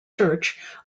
church